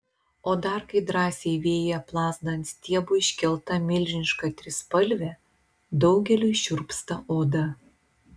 o dar kai drąsiai vėjyje plazda ant stiebo iškelta milžiniška trispalvė daugeliui šiurpsta oda